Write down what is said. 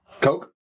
Coke